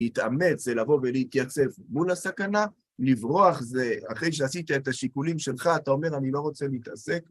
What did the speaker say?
להתאמץ זה לבוא ולהתייצב מול הסכנה, לברוח, זה, אחרי שעשית את השיקולים שלך, אתה אומר, אני לא רוצה להתעסק.